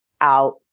out